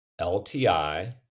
LTI